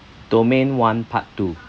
domain one part two